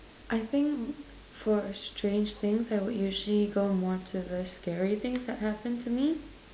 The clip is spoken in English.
I think for a strange thing I would usually go more to the scary things that happened to me